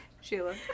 Sheila